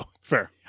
Fair